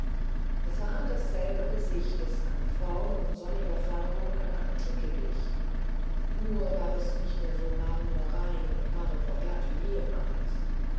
es war dasselbe gesicht das an form und sonniger färbung einer antike gleich nur war es nicht mehr so marmorrein und marmorglatt wie ehemals